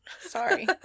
Sorry